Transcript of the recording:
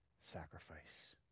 sacrifice